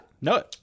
No